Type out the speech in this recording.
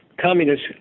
communist